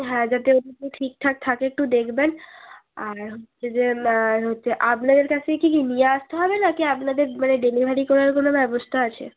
হ্যাঁ যাতে অন্তত ঠিকঠাক থাকে একটু দেখবেন আর হচ্ছে যে আর হচ্ছে আপনাদের কাছ থেকে কি নিয়ে আসতে হবে নাকি আপনাদের মানে ডেলিভারি করার কোনো ব্যবস্থা আছে